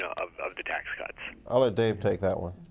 of of the tax cuts. i'll let dave take that one.